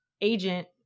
agent